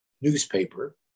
newspaper